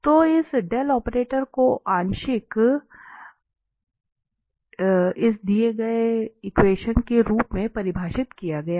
तो इस del operator को आंशिक के रूप में परिभाषित किया गया है